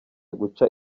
guca